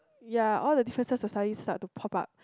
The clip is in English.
ya all the differences will suddenly start to pop out